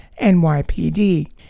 NYPD